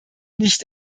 nicht